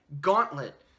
gauntlet